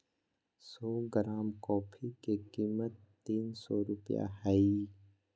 सो gram coffee के कीमत तीन सो रुपया हइ